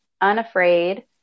unafraid